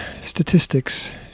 statistics